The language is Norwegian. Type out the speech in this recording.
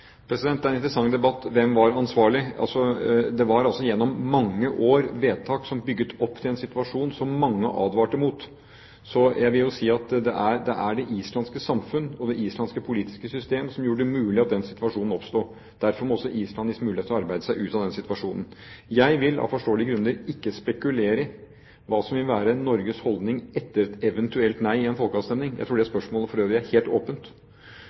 Det er en interessant debatt – hvem var ansvarlig? Det var altså gjennom mange år vedtak som bygde opp til en situasjon som mange advarte mot, så jeg vil jo si at det er det islandske samfunn og det islandske politiske system som gjorde det mulig at situasjonen oppsto. Derfor må også Island gis mulighet til å arbeide seg ut av situasjonen. Jeg vil av forståelige grunner ikke spekulere i hva som vil være Norges holdning etter et eventuelt nei i en folkeavstemning – jeg tror det spørsmålet for øvrig er helt åpent.